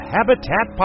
Habitat